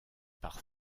par